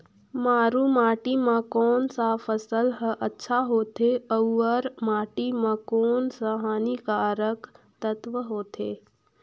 मारू माटी मां कोन सा फसल ह अच्छा होथे अउर माटी म कोन कोन स हानिकारक तत्व होथे?